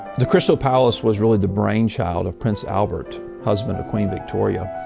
the crystal palace was really the brainchild of prince albert, husband of queen victoria.